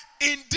Indeed